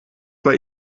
bei